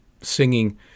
singing